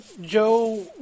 Joe